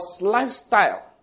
lifestyle